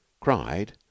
cried